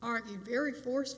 argued very force